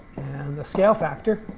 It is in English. and the scale factor,